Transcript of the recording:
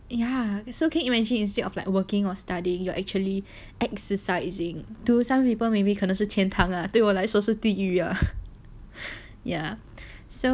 ya so can you imagine instead of like working or studying you are actually exercising to some people maybe 可能是天堂啊对我来说是地狱啊